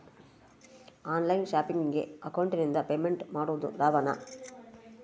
On line ಶಾಪಿಂಗಿಗೆ ಅಕೌಂಟಿಂದ payment ಮಾಡೋದು ಲಾಭಾನ?